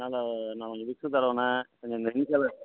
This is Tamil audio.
அதனால் நான் கொஞ்சம் விக்ஸ் தடவுனே கொஞ்சம் இந்த